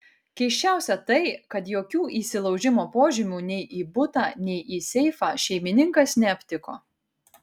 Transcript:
keisčiausia tai kad jokių įsilaužimo požymių nei į butą nei į seifą šeimininkas neaptiko